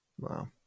Wow